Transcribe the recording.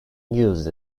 used